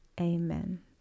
amen